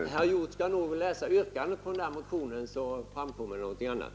Herr talman! Herr Hjorth skall noga läsa igenom yrkandet i centerns motion; då framkommer någonting annat.